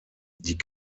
die